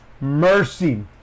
mercy